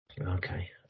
Okay